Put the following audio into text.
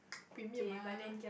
premium ah